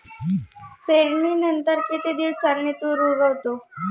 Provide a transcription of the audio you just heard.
पेरणीनंतर किती दिवसांनी तूर उगवतो?